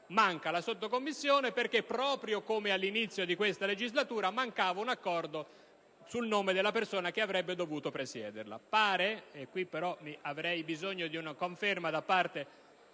Manca la sottocommissione perché, proprio come all'inizio di questa legislatura, mancava un accordo sul nome della persona che avrebbe dovuto presiederla.